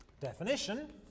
Definition